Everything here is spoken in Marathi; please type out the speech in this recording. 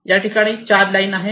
या ठिकाणी चार लाईन आहेत